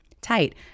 Tight